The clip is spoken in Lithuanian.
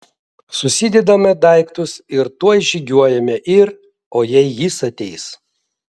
susidedame daiktus ir tuoj žygiuojame ir o jei jis ateis